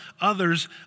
others